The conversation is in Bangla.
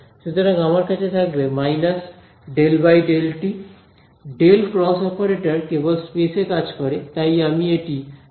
সুতরাং আমার কাছে থাকবে minus del by del t del cross operator কেবল স্পেস এ কাজ করে তাই আমি এটি টাইম ডেরাইভেটিভ দিয়ে নিতে পারি